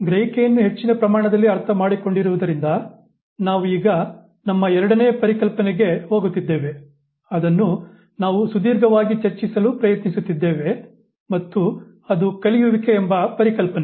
ಗ್ರಹಿಕೆಯನ್ನು ಹೆಚ್ಚಿನ ಪ್ರಮಾಣದಲ್ಲಿ ಅರ್ಥ ಮಾಡಿಕೊಂಡಿರುವುದರಿಂದ ನಾವು ಈಗ ನಮ್ಮ ಎರಡನೇ ಪರಿಕಲ್ಪನೆಗೆ ಹೋಗುತ್ತಿದ್ದೇವೆ ಅದನ್ನು ನಾವು ಸುದೀರ್ಘವಾಗಿ ಚರ್ಚಿಸಲು ಪ್ರಯತ್ನಿಸುತ್ತಿದ್ದೇವೆ ಮತ್ತು ಅದು ಕಲಿಯುವಿಕೆ ಎಂಬ ಪರಿಕಲ್ಪನೆ